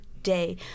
day